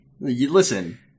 Listen